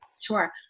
sure